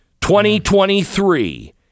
2023